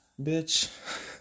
Bitch